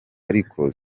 ariko